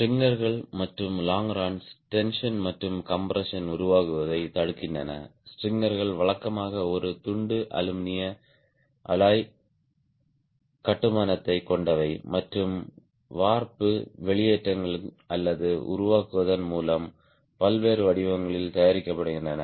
ஸ்ட்ரிங்கர்கள் மற்றும் லாங்கரோன்கள் டென்ஷன் மற்றும் கம்ப்ரெஸ்ஸின் உருகுவதைத் தடுக்கின்றன ஸ்ட்ரிங்கர்கள் வழக்கமாக ஒரு துண்டு அலுமினிய அலாய் கட்டுமானத்தைக் கொண்டவை மற்றும் வார்ப்பு வெளியேற்றங்கள் அல்லது உருவாக்குவதன் மூலம் பல்வேறு வடிவங்களில் தயாரிக்கப்படுகின்றன